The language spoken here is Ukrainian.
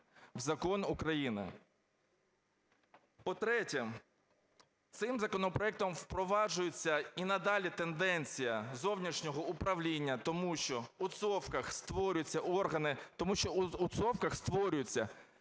в закон України. По-третє, цим законопроектом впроваджується і надалі тенденція зовнішнього управління, тому що у цовках створюються органи... тому що у цовках створюються